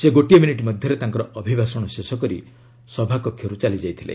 ସେ ଗୋଟିଏ ମିନିଟ୍ ମଧ୍ୟରେ ତାଙ୍କର ଅଭିଭାଷଣ ଶେଷ କରି ସଭାରୁ ଚାଲିଯାଇଥିଲେ